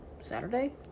saturday